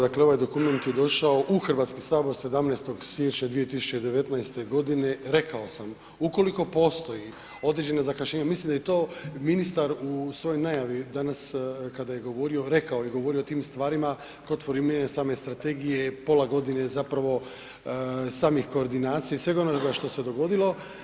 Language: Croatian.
Dakle, ovaj dokument je došao u Hrvatski sabor 17. siječnja 2019. godine, rekao sam ukoliko postoji određena zakašnjenja mislim da je to ministar u svojoj najavi danas kada je govorio rekao i govorio o tim stvarima kod formiranja same strategije pola godine je zapravo samih koordinacija i svega onoga što se dogodilo.